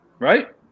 Right